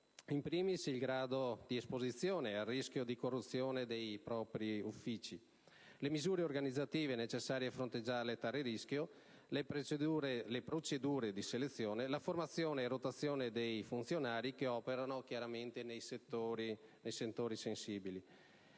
*in primis*, il grado di esposizione al rischio di corruzione dei propri uffici; le misure organizzative necessarie a fronteggiare tale rischio; le procedure di selezione; la formazione e rotazione dei funzionari che operano in settori sensibili;